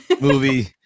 movie